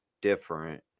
different